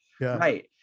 Right